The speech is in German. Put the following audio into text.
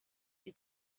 die